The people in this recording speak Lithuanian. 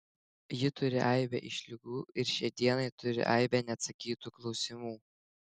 ji turi aibę išlygų ir šiai dienai turi aibę neatsakytų klausimų